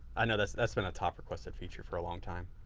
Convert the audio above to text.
i know that's that's been a top requested feature for a long time.